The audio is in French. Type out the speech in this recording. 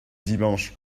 dimanche